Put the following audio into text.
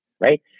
right